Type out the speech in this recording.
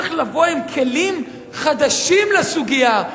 צריך לבוא עם כלים חדשים לסוגיה.